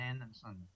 Anderson